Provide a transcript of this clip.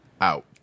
out